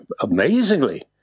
amazingly